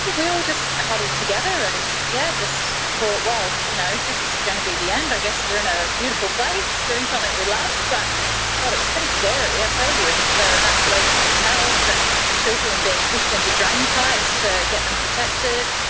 we all just huddled together and yeah just thought, well, you know if this is going to be the end, i guess we're in a beautiful place doing something we love, but god, it was pretty scary, i tell you. they were evacuating hotels, and children were being pushed into drainpipes to get them protected.